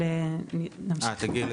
תדעו